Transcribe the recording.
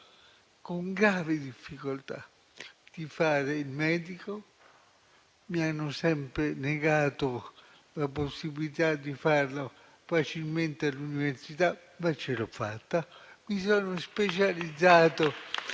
con gravi difficoltà di fare il medico, mi hanno sempre negato la possibilità di farlo facilmente all'università, ma ce l'ho fatta. Mi sono specializzato